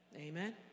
Amen